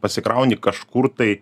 pasikrauni kažkur tai